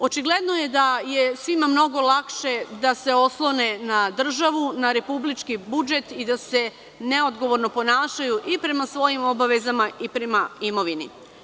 Očigledno je da je svima mnogo lakše da se oslone na državu, na republički budžet i da se neodgovorno ponašaju i prema svojim obavezama i prema imovini.